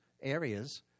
areas